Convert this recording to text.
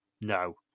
no